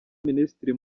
minisitiri